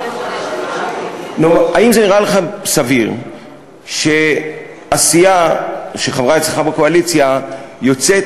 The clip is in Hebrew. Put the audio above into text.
האם זה נראה לך סביר שסיעה שחברה אצלך בקואליציה יוצאת